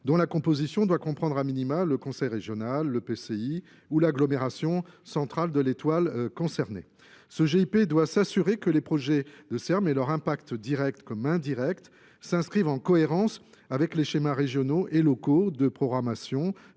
dont la composition doit comprendre a minima le conseil régional le p c i ou l'agglomération centrale de l'étoile concernée ce i p doit s'assurer les projets de R M et leur impact direct comme indirect, s'inscrivent en cohérence avec les schémas régionaux et locaux de programmation